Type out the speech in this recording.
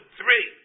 three